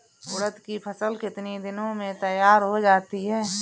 उड़द की फसल कितनी दिनों में तैयार हो जाती है?